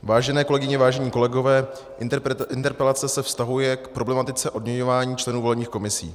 Vážené kolegyně, vážení kolegové, interpelace se vztahuje k problematice odměňování členů volebních komisí.